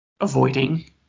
avoiding